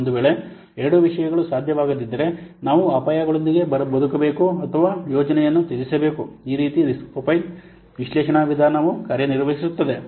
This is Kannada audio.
ಒಂದು ವೇಳೆ ಎರಡೂ ವಿಷಯಗಳು ಸಾಧ್ಯವಾಗದಿದ್ದರೆ ನಾವು ಅಪಾಯಗಳೊಂದಿಗೆ ಬದುಕಬೇಕು ಅಥವಾ ನಾವು ಯೋಜನೆಯನ್ನು ತ್ಯಜಿಸಬೇಕು ಈ ರೀತಿ ರಿಸ್ಕ್ ಪ್ರೊಫೈಲ್ ವಿಶ್ಲೇಷಣಾ ವಿಧಾನವು ಕಾರ್ಯನಿರ್ವಹಿಸುತ್ತದೆ